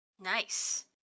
Nice